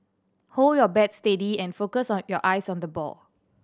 hold your bat steady and focus on your eyes on the ball